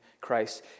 Christ